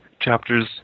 chapters